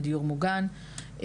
בדיור מוגן,